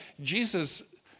Jesus